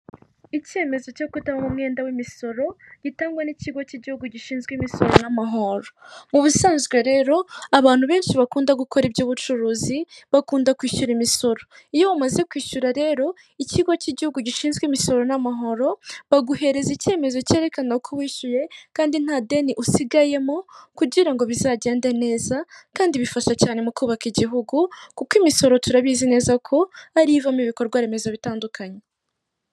Icyemezo cyo kutabamo umwenda w'imisoro, gitangwa n'Ikigo cy'Igihugu gishinzwe Imisoro n'Amahoro. Mu busanzwe rero, abantu benshi bakunda gukora iby'ubucuruzi, bakunda kwishyura imisoro. Iyo wamaze kwishyura rero, Ikigo cy'Igihugu gishinzwe Imisoro n'amahoro, baguhereza icyemezo cyerekana ko wishyuye kandi nta deni usigayemo, kugira ngo bizagende neza kandi bifasha cyane mu kubaka igihugu, kuko imisoro turabizi neza ko ariyo ivamo ibikorwa remezo bitandukanye.